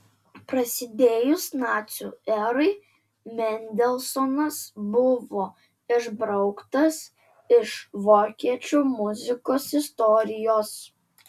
prasidėjus nacių erai mendelsonas buvo išbrauktas iš vokiečių muzikos istorijos